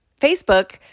Facebook